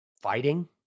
fighting